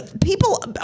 People